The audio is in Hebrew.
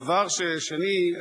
דבר שני,